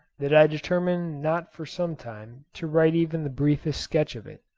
that i determined not for some time to write even the briefest sketch of it.